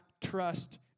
trust